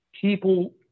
people –